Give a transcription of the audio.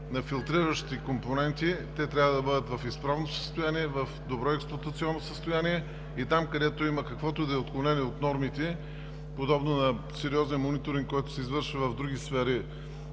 на филтриращи компоненти. Те трябва да бъдат в изправно състояние, в добро експлоатационно състояние. Там, където има каквото и да е отклонение от нормите, подобно на сериозен мониторинг, който се извършва в други сфери